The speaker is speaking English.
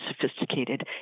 sophisticated